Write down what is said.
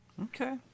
Okay